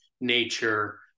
nature